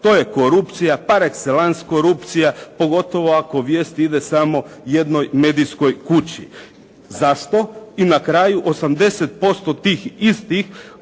to je korupcija par exellance korupcija, pogotovo ako vijest ide samo jednoj medijskoj kući. Zašto? I na kraju 80% tih istih